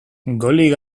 golik